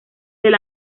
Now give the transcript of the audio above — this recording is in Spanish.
del